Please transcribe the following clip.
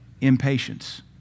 impatience